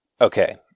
Okay